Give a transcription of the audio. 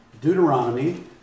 Deuteronomy